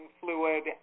fluid